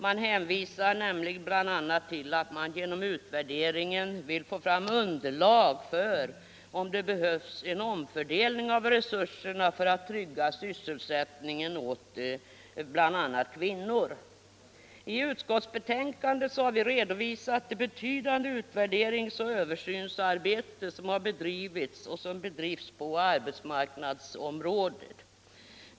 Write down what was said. Man hänvisar nämligen bl.a. till att man genom utvärderingen vill få fram underlag för om det behövs en omfördelning av resurserna för att trygga sysselsättningen åt bl.a. kvinnor. I utskottsbetänkandet har vi redovisat det betydande utvärderings och översynsarbete som har bedrivits och som bedrivs på arbetsmarknadsområdet.